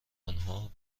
آنها